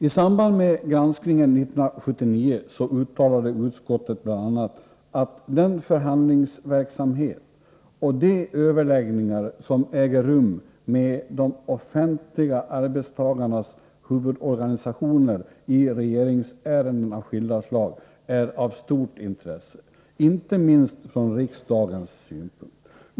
I samband med granskningen 1979 uttalade utskottet bl.a. att den förhandlingsverksamhet och de överläggningar som äger rum med de offentliga arbetstagarnas huvudorganisationer i regeringsärenden av skilda slag är av stort intresse, inte minst från riksdagens synpunkt.